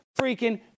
freaking